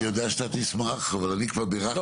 אני יודע שאתה תשמח, אבל אני כבר בירכתי